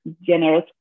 generous